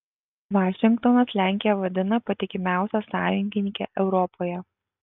vašingtonas lenkiją vadina patikimiausia sąjungininke europoje